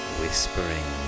whispering